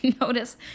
notice